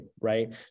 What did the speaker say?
right